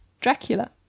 Dracula